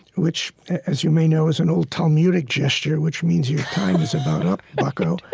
which as you may know, is an old talmudic gesture, which means your time is about up, bucko.